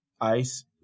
Ice